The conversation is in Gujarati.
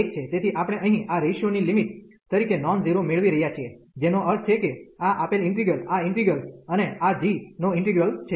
તેથી આપણે અહીં આ રેશીયો ની લિમિટ તરીકે નોન ઝીરો મેળવી રહ્યા છીએ જેનો અર્થ છે કે આ આપેલ ઇન્ટિગલ આ ઇન્ટિગલ અને આ g નો ઈન્ટિગ્રલ છે